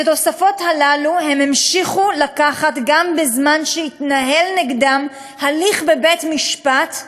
את התוספות הללו הם המשיכו לקחת גם בזמן שהתנהל נגדם הליך בבית-משפט,